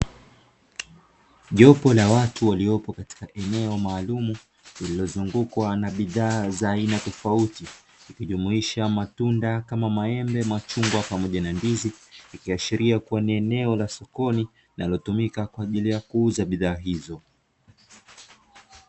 Jopo la watu waliopo katika eneo maalum lililozungukwa na bidhaa za aina tofauti zikijumuisha matunda kama maembe, machungwa pamoja na ndizi ikiashiria kuwa ni eneo la sokoni linalotumika kwa ajili ya kuuza bidhaa hizo.